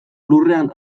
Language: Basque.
lurrean